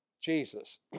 Jesus